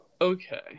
Okay